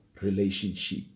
relationship